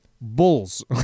bulls